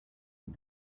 but